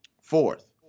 Fourth